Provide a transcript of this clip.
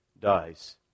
dies